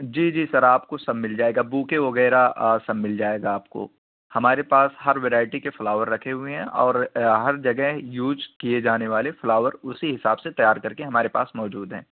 جی جی سر آپ کو سب مل جائے گا بوکے وغیرہ سب مل جائے گا آپ کو ہمارے پاس ہر ویرائٹی کے فلاور رکھے ہوئے ہیں اور ہر جگہ یوج کیے جانے والے فلاور اسی حساب سے تیار کر کے ہمارے پاس موجود ہیں